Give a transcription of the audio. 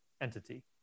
entity